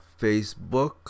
facebook